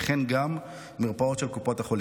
וכן גם מרפאות של קופות החולים.